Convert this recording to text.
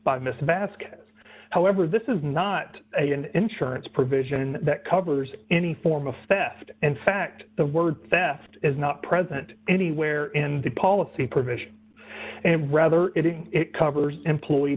buy miss bascom however this is not a an insurance provision that covers any form of theft in fact the word theft is not present anywhere in the policy provision and rather it covers employee